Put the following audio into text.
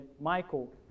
Michael